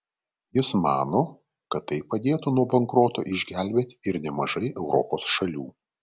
jis mano kad tai padėtų nuo bankroto išgelbėti ir nemažai europos šalių